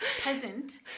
peasant